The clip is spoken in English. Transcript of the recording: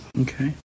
Okay